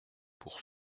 pour